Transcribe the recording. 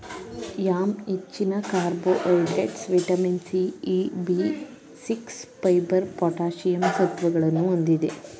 yam ಹೆಚ್ಚಿನ carbohydrates, vitamin C, E, B six, fibre, potassium ಸತ್ವಗಳನ್ನು ಹೊಂದಿದೆ